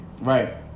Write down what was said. Right